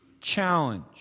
challenge